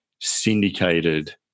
syndicated